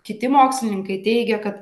kiti mokslininkai teigia kad